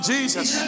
Jesus